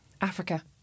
Africa